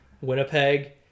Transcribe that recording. Winnipeg